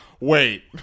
wait